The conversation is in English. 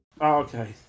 okay